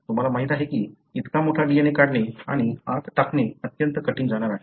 तुम्हाला माहिती आहे की इतका मोठा DNA काढणे आणि आत टाकणे अत्यंत कठीण जाणार आहे